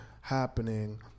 happening